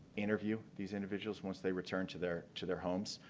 interview these individuals once they return to their to their homes.